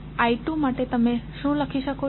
I2 માટે તમે શું લખી શકો છો